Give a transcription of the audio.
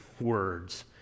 words